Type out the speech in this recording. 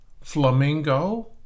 flamingo